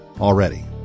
already